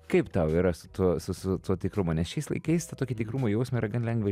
kaip tau yra su tuo su su tuo tikrumu nes šiais laikais tą tokį tikrumo jausmą ir gan lengva